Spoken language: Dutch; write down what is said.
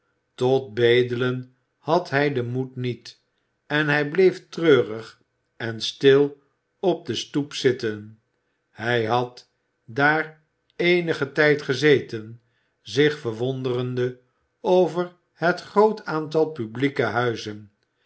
tot bedelen had hij den moed niet en hij bleef treurig en stil op de stoep zitten hij had daar eenigen tijd gezeten zich verwonderende over het groot aantal publieke huizen